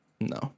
No